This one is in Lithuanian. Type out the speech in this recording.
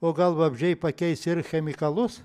o gal vabzdžiai pakeis ir chemikalus